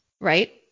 Right